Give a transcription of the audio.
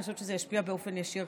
אני חושבת שזה ישפיע באופן ישיר,